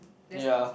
ya